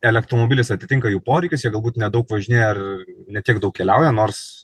elektromobilis atitinka jų poreikius jie galbūt nedaug važinėja ar ne tiek daug keliauja nors